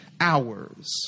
hours